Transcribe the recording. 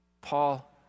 Paul